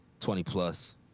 20-plus